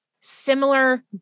similar